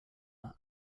are